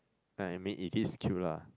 I mean it is cute lah